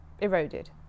eroded